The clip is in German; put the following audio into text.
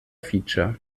feature